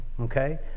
okay